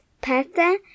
pasta